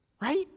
Right